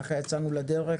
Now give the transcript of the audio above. ככה יצאנו לדרך,